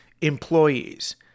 employees